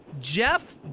Jeff